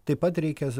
taip pat reikia